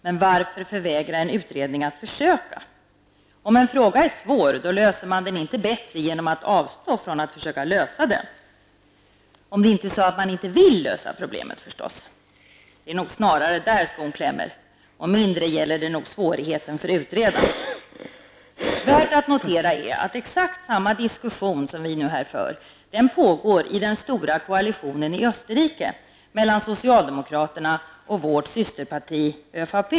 Men varför förvägra en utredning möjligheten att försöka? Om en fråga är svår löser man den inte bättre genom att avstå från att försöka lösa den -- om det inte är så att man inte vill lösa problemet, förstås. Det är nog snarare där skon klämmer, och mindre gäller det nog svårigheterna för utredarna. Värt att notera är att exakt samma diskussion som vi nu här för pågår i Österrike i den stora koalitionen mellan socialdemokraterna och vårt systerparti ÖVP.